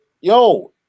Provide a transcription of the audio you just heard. yo